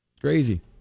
crazy